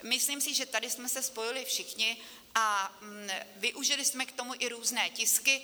Myslím si, že tady jsme se spojili všichni, a využili jsme k tomu i různé tisky.